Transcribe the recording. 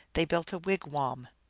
they built a wigwam.